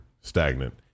stagnant